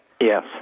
Yes